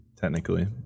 technically